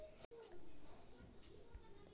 ಬೇಜ ಸ್ಟೋರ್ ಮಾಡಾಕ್ ಏನೇನ್ ಕಂಡಿಷನ್ ಅದಾವ?